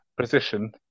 position